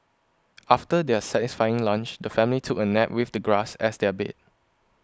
after their satisfying lunch the family took a nap with the grass as their bed